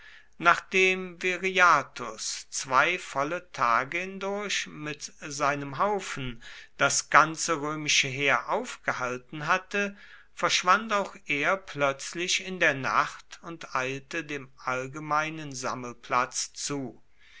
nachdem viriathus zwei volle tage hindurch mit seinem haufen das ganze römische heer aufgehalten hatte verschwand auch er plötzlich in der nacht und eilte dem allgemeinen sammelplatz zu